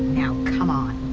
now come on